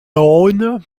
rhône